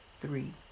three